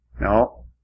No